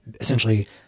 essentially